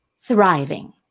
thriving